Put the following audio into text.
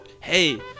hey